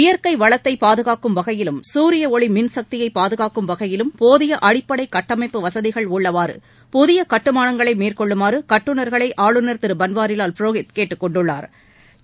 இயற்கை வளத்தை பாதுகாக்கும் வகையிலும் சூரிய ஒளி மின்சக்தியை பாதுகாக்கும் வகையிலும் போதிய அடிப்படை கட்டமைப்பு வசதிகள் உள்ளவாறு புதிய கட்டுமானங்களை மேற்கொள்ளுமாறு கட்டுநா்களை ஆளுநா் திரு பன்வாரிலால் புரோகித் கேட்டுக்கொண்டுள்ளாா்